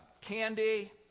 candy